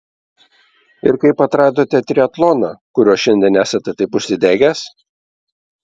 ir kaip atradote triatloną kuriuo šiandien esate taip užsidegęs